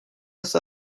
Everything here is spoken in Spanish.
los